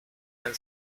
han